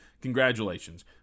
Congratulations